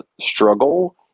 struggle